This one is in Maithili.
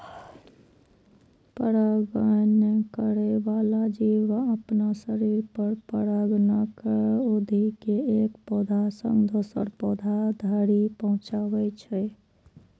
परागण करै बला जीव अपना शरीर पर परागकण उघि के एक पौधा सं दोसर पौधा धरि पहुंचाबै छै